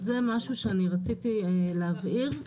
זה משהו שרציתי להבהיר,